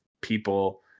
people